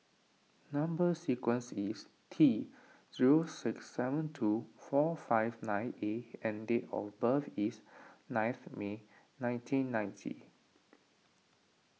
Number Sequence is T zero six seven two four five nine A and date of birth is ninth May nineteen ninety